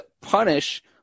punish